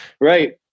Right